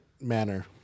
manner